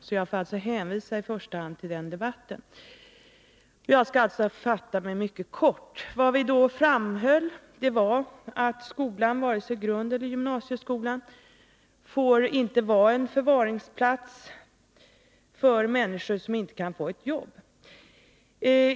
Jag hänvisar alltså i första hand till den debatten, och jag skall fatta mig mycket kort. Vad vi då framhöll var att skolan, vare sig grundeller gymnasieskolan, inte får vara en förvaringsplats för människor som inte kan få ett jobb.